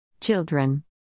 Children